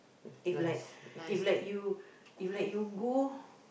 if like if like you if like you go